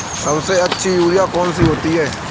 सबसे अच्छी यूरिया कौन सी होती है?